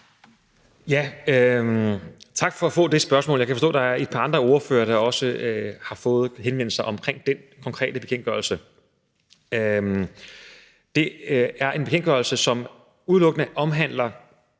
Tak for at få det spørgsmål. Jeg kan forstå, at der er et par andre ordførere, der også har fået henvendelser omkring den konkrete bekendtgørelse. Det er en bekendtgørelse, som udelukkende omhandler